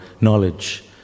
knowledge